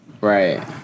right